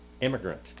immigrant